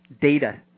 data